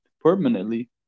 permanently